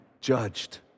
judged